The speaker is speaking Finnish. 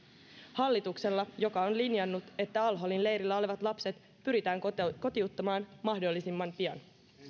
hallituksella joka on linjannut että al holin leirillä olevat lapset pyritään kotiuttamaan mahdollisimman pian